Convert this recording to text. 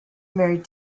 married